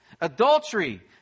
adultery